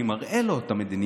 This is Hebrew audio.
אני מראה לו את המדיניות.